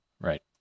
Right